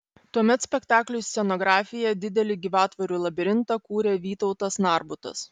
tuomet spektakliui scenografiją didelį gyvatvorių labirintą kūrė vytautas narbutas